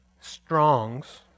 Strong's